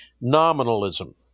nominalism